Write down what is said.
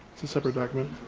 it's a separate document.